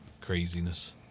Craziness